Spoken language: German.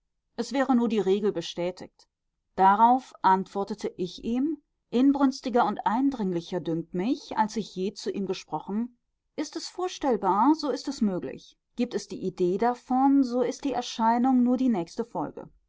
es wäre nur die regel bestätigt darauf antwortete ich ihm inbrünstiger und eindringlicher dünkt mich als ich je zu ihm gesprochen ist es vorstellbar so ist es möglich gibt es die idee davon so ist die erscheinung nur die nächste folge